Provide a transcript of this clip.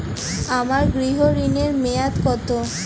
আমার গৃহ ঋণের মেয়াদ কত?